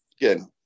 Again